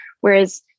whereas